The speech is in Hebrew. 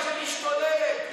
הקורונה משתוללת.